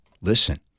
Listen